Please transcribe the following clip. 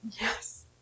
Yes